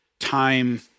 time